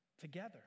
together